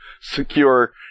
secure